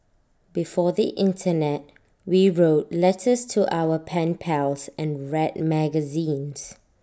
before the Internet we wrote letters to our pen pals and read magazines